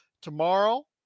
tomorrow